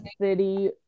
City